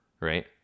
right